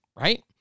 right